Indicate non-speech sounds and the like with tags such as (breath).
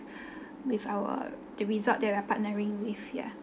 (breath) with our the resort that we're partnering with ya